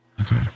Okay